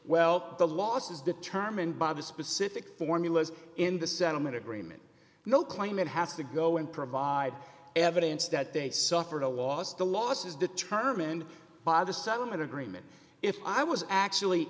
well the loss is determined by the specific formulas in the settlement agreement no claim it has to go and provide evidence that they suffered a loss the loss is determined by the settlement agreement if i was actually